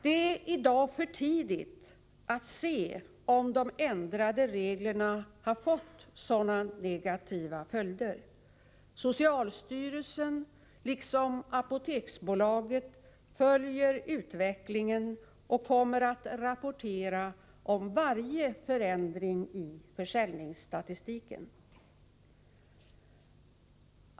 Det är i dag för tidigt att se om de ändrade reglerna har fått sådana negativa följder. Socialstyrelsen liksom Apoteksbolaget följer utvecklingen och kommer att rapportera om varje förändring i försäljningsstatistiken.